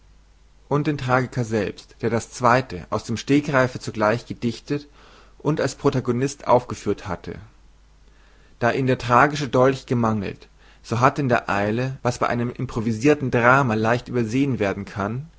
und den tragiker selbst der das zweite aus dem stegereife zugleich gedichtet und als protagonistso hieß der eine akteur der zu tespis zeit mit dem chore die ganze tragödie ausmachte aufgeführt hatte da ihn der tragische dolch gemangelt so hatte er in der eile was bei einem improvisirten drama leicht übersehen werden kann